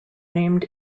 named